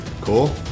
cool